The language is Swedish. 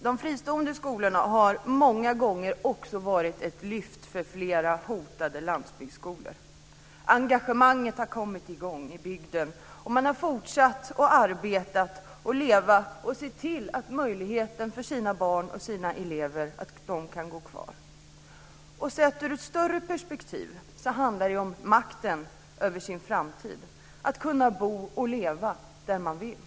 De fristående skolorna har många gånger också varit ett lyft för flera hotade landsbygdsskolor. Engagemanget har kommit i gång i bygden. Man har fortsatt att arbeta och leva där, och barnen har kunnat gå kvar i skolan. Sett ur ett större perspektiv handlar det om makten över sin framtid. Det handlar om att kunna bo och leva där man vill.